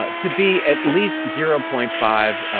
ah to be at least zero point five,